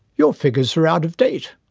your figures are out of date!